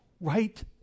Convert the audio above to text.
right